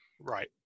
Right